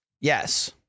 Yes